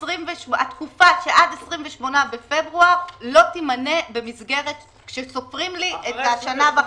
התקופה שעד 28 בפברואר לא תימנה במסגרת שסופרים לי את השנה וחצי.